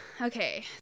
Okay